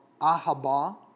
ahaba